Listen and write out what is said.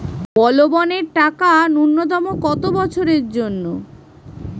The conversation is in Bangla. বলবনের টাকা ন্যূনতম কত বছরের জন্য?